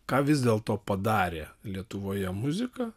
ką vis dėlto padarė lietuvoje muzika